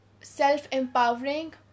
self-empowering